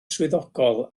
swyddogol